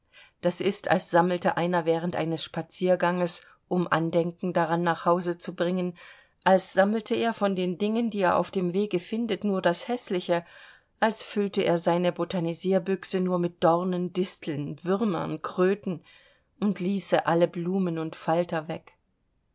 das ist als sammelte einer während eines spazierganges um andenken daran nach hause zu bringen als sammelte er von den dingen die er auf dem wege findet nur das häßliche als füllte er seine botanisierbüchse nur mit dornen disteln würmern kröten und ließe alle blumen und falter weg